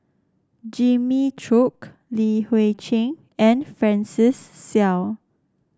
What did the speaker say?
Jimmy Chok Li Hui Cheng and Francis Seow